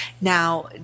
Now